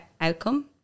outcome